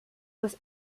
was